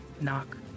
knock